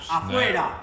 afuera